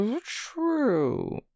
True